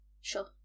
Sure